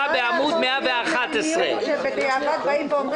זה ישב אצל מי שהיום הוא מנכ"ל משרד ראש הממשלה,